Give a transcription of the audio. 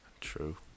True